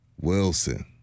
Wilson